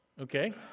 Okay